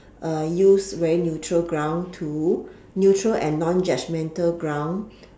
uh use very neutral ground to neutral and non-judgemental ground